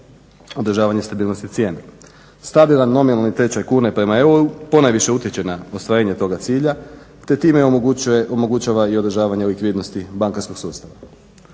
održavanje stabilnosti cijena. Stabilan nominalni tečaj kune prema euru ponajviše utječe na ostvarenje toga cilja te time omogućava i održavanje likvidnosti bankarskog sustava.